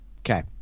Okay